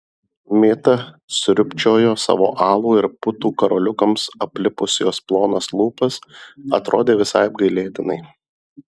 mėta sriubčiojo savo alų ir putų karoliukams aplipus jos plonas lūpas atrodė visai apgailėtinai